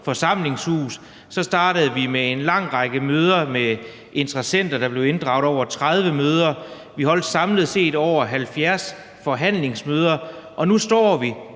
forsamlingshus, og så var der en lang række møder med interessenter, der blev inddraget – over 30 møder. Vi holdt samlet set over 70 forhandlingsmøder, og nu står vi